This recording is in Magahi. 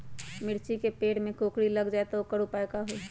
मिर्ची के पेड़ में कोकरी लग जाये त वोकर उपाय का होई?